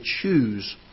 choose